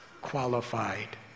qualified